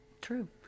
true